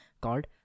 called